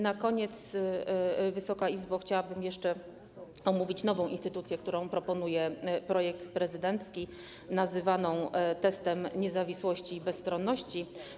Na koniec, Wysoka Izbo, chciałabym jeszcze omówić nową instytucję, którą proponuje projekt prezydencki, nazywaną testem niezawisłości i bezstronności.